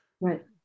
Right